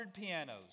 pianos